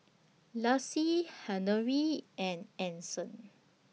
Laci Henery and Anson